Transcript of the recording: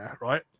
right